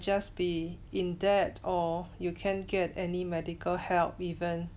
just be in debt or you can't get any medical help even